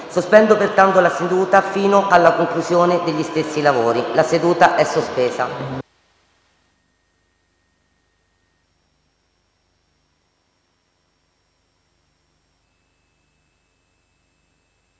Sospendo pertanto la seduta fino alla conclusione dei suoi lavori. *(La seduta, sospesa